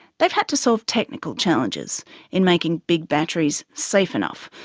they've had to solve technical challenges in making big batteries safe enough,